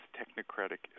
technocratic